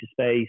Space